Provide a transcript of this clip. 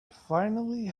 finally